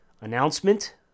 announcement